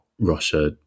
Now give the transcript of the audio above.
Russia